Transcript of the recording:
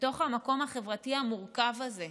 בתוך המקום החברתי המורכב הזה,